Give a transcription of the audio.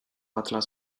atlas